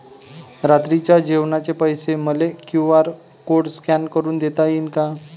रात्रीच्या जेवणाचे पैसे मले क्यू.आर कोड स्कॅन करून देता येईन का?